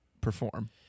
perform